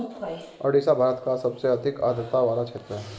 ओडिशा भारत का सबसे अधिक आद्रता वाला क्षेत्र है